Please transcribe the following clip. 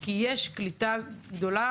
כי יש קליטה גדולה,